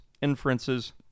inferences